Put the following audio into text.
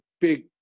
big